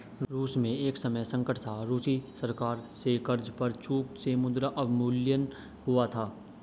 रूस में एक समय संकट था, रूसी सरकार से कर्ज पर चूक से मुद्रा अवमूल्यन हुआ था